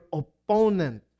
opponent